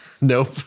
Nope